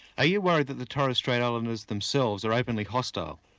are you worried that the torres strait islanders themselves are openly hostile?